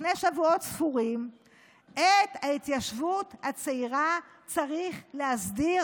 לפני שבועות ספורים: את ההתיישבות הצעירה צריך להסדיר